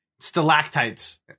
Stalactites